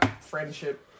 friendship